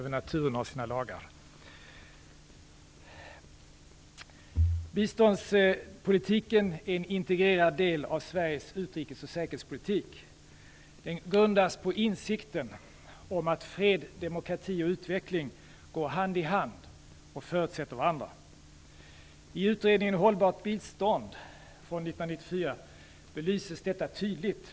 Fru talman! Biståndspolitiken är en integrerad del av Sveriges utrikes och säkerhetspolitik. Den grundas på insikten om att fred, demokrati och utveckling går hand i hand och förutsätter varandra. I utredningen Hållbart bistånd från 1994 belyses detta tydligt.